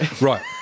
Right